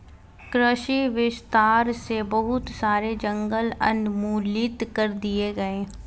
कृषि विस्तार से बहुत सारे जंगल उन्मूलित कर दिए गए